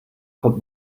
kommt